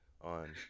on